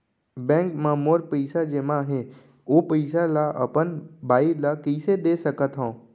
Bank म मोर पइसा जेमा हे, ओ पइसा ला अपन बाई ला कइसे दे सकत हव?